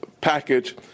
package